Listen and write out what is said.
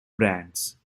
brands